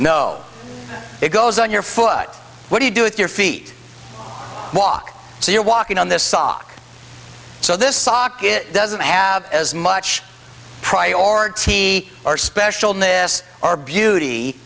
know it goes on your foot what do you do with your feet walk so you're walking on this sock so this socket doesn't have as much priority or special miss or beauty